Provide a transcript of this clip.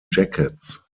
jackets